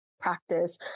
practice